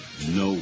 No